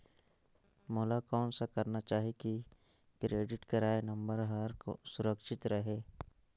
मोला कौन करना चाही की क्रेडिट कारड नम्बर हर सुरक्षित रहे?